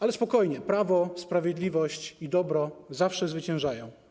Ale spokojnie, prawo, sprawiedliwość i dobro zawsze zwyciężają.